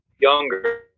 younger